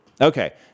Okay